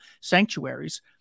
sanctuaries